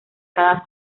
cada